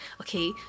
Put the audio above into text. okay